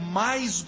mais